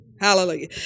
Hallelujah